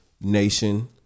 nation